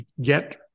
get